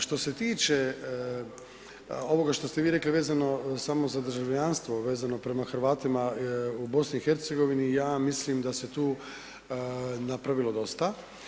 Što se tiče ovoga što ste vi rekli vezano samo za državljanstvo, vezano prema Hrvatima u BiH ja mislim da se tu napravilo dosta.